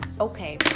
Okay